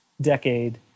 decade